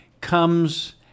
comes